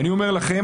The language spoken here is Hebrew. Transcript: ואני אומר לכם,